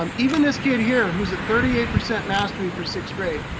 um even this kid here, who's at thirty eight percent mastery for sixth grade,